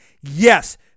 Yes